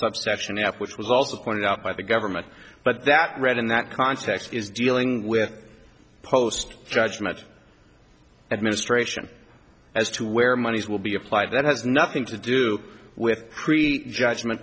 subsection f which was also pointed out by the government but that read in that context is dealing with post judge much administration as to where monies will be applied that has nothing to do with judgement